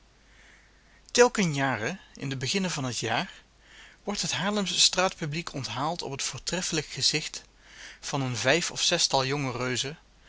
telken jare in den beginnne van het jaar wordt het haarlemsch straatpubliek onthaald op het voortreffelijk gezicht van een vijf of zestal jonge reuzen